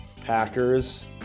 Packers